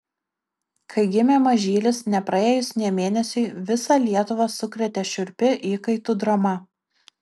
kai gimė mažylis nepraėjus nė mėnesiui visą lietuvą sukrėtė šiurpi įkaitų drama